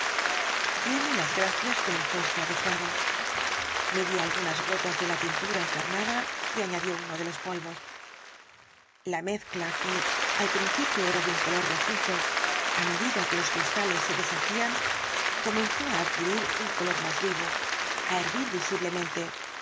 pedía diome las gracias con un gesto adecuado midió algunas gotas de la tintura encarnada y añadió uno de los polvos la mezcla que al principio era de un color rojizo á medida que los cristales se deshacían comenzó á adquirir un color más vivo á hervir visiblemente